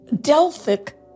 Delphic